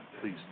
please